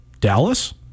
Dallas